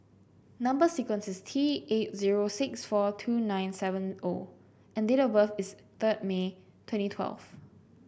number sequence is T eight zero six four two nine seven O and date of birth is third May twenty twelve